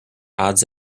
odds